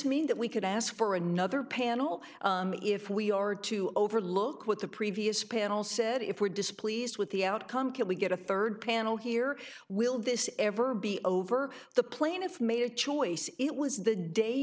mean that we could ask for another panel if we are to overlook what the previous panel said if we're displeased with the outcome can we get a third panel here will this ever be over the plaintiff made a choice it was the day